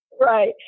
Right